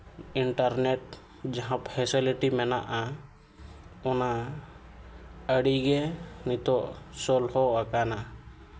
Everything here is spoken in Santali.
ᱤᱱᱴᱟᱨᱱᱮᱹᱴ ᱡᱟᱦᱟᱸ ᱯᱷᱮᱥᱮᱞᱤᱴᱤ ᱢᱮᱱᱟᱜᱼᱟ ᱚᱱᱟ ᱟᱹᱰᱤᱜᱮ ᱱᱤᱛᱚᱜ ᱥᱚᱞᱵᱷᱚᱜ ᱟᱠᱟᱱᱟ